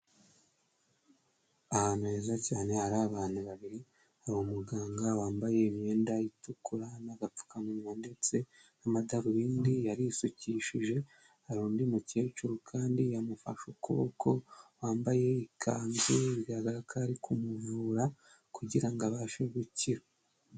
Ahantu heza cyane hari abantu babiri, hari umuganga wambaye imyenda itukura n'agapfukamunwa ndetse n'amadarubindi, yarisukishije, hari undi mukecuru kandi yamufashe ukuboko, wambaye ikanzu, bigaragaza ko ari kumuvura kugira ngo abashe gukira.